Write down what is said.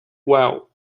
well